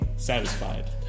Satisfied